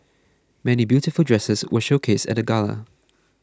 many beautiful dresses were showcased at the gala